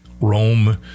Rome